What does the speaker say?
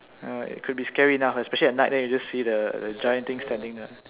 ya it could be scary enough especially at night then you just see the the giant thing standing there